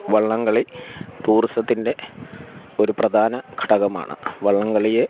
വള്ളംകളി ടൂറിസത്തിൻ്റെ ഒരു പ്രധാന ഘടകമാണ് വള്ളംകളിയെ